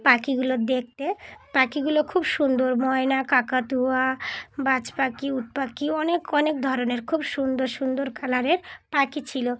পাখিগুলো দেখতে পাখিগুলো খুব সুন্দর ময়না কাকাতুয়া বাজ পাখি উট পাখি অনেক অনেক ধরনের খুব সুন্দর সুন্দর কালারের পাখি ছিল